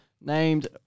named